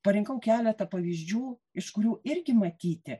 parinkau keletą pavyzdžių iš kurių irgi matyti